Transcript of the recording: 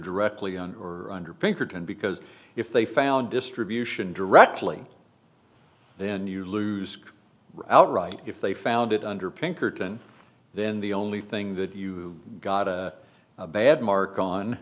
directly on or under pinkerton because if they found distribution directly then you lose outright if they found it under pinkerton then the only thing that you got a bad mark on